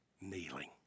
kneeling